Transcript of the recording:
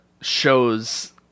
shows